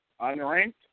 unranked